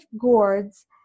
gourds